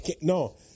No